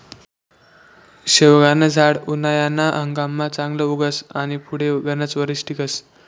शेवगानं झाड उनायाना हंगाममा चांगलं उगस आनी पुढे गनच वरीस टिकस